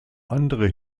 andere